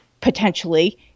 potentially